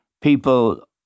people